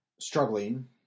struggling